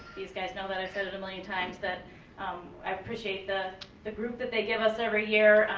these guys know that, i've said it a million times that i appreciate the the group that they give us every year.